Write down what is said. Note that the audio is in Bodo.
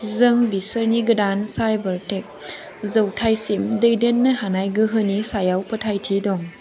जों बिसोरनि गोदान साइबार टेक जौथायसिम दैदेननो हानाय गोहोनि सायाव फोथायथि दं